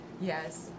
Yes